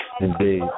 Indeed